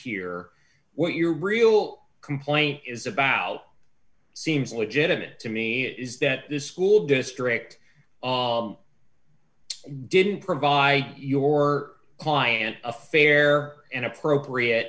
here what your real complaint is about seems legitimate to me is that the school district didn't provide your client a fair and appropriate